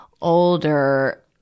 older